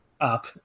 up